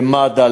למד"א,